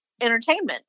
entertainment